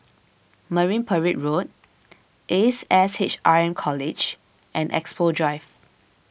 Marine Parade Road Ace S H R M College and Expo Drive